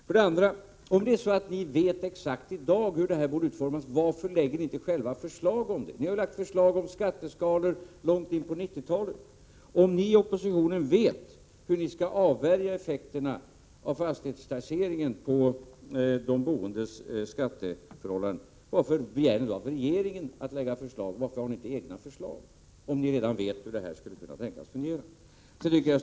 För det andra: Om det är så att ni i oppositionen i dag vet exakt hur det här borde utformas, varför lägger ni då inte själva fram förslag om det? Ni har ju lagt fram förslag om skatteskalor långt in på 1990-talet. Om ni i oppositionen vet hur ni skall avvärja effekterna av fastighetstaxeringen när det gäller de boendes skatteförhållanden, varför begär ni då förslag från regeringen? Prot. 1987/88:125 Varför lägger ni inte fram era egna förslag, om ni redan vet hur det här skulle 24 maj 1988 kunna tänkas fungera?